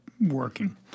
working